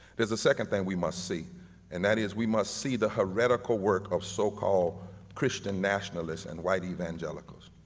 there's the second thing we must see and that is we must see the heretical work of so-called christian nationalists and white evangelicals.